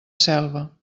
selva